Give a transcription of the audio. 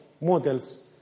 models